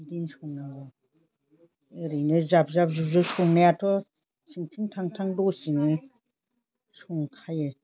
बिदिनो संनांगौ ओरैनो जाबजाब जुब जुब संनायाथ' थिंथिं थां थां दसेनो संखायो